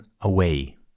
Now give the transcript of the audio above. away